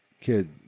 kid